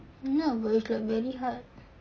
ya but it's like very hard